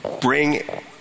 bring